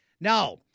Now